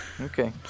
okay